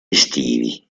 estivi